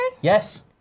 Yes